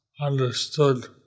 understood